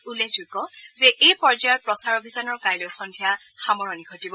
উল্লেখযোগ্য যে এই পৰ্যায়ৰ প্ৰচাৰ অভিযানৰ কাইলৈ সন্ধিয়া সামৰণি ঘটিব